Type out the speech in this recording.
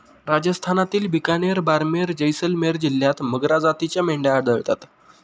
राजस्थानातील बिकानेर, बारमेर, जैसलमेर जिल्ह्यांत मगरा जातीच्या मेंढ्या आढळतात